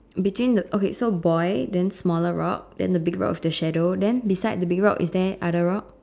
between the okay so boy then smaller rock then the big rock with the shadow then beside the big rock is there other rocks